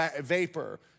vapor